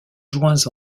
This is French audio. joints